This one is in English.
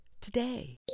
today